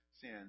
sin